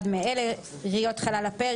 למריחה על אחד מאלה: (1)ריריות חלל הפה,